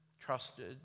trusted